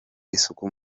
isuku